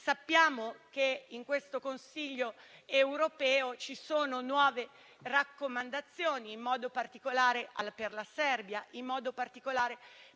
Sappiamo che in questo Consiglio europeo ci sono nuove raccomandazioni, in modo particolare per la Serbia e per la